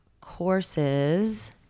courses